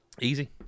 Easy